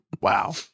wow